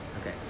Okay